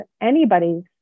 anybody's